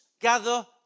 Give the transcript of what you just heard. gather